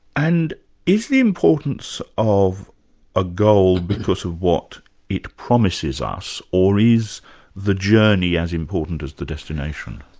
and is the importance of a goal because what it promises us, or is the journey as important as the destination?